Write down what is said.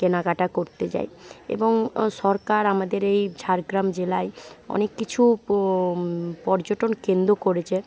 কেনাকাটা করতে যায় এবং সরকার আমাদের এই ঝাড়গ্রাম জেলায় অনেক কিছু পর্যটন কেন্দ্র করেছে